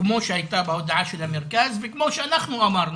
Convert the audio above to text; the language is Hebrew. כמו שהיה בהודעה שלה מרכז וכמו שאנחנו אמרנו.